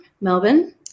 Melbourne